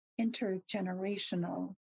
intergenerational